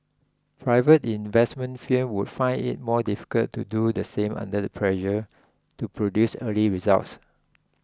private investment firms would find it more difficult to do the same under the pressure to produce early results